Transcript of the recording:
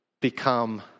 become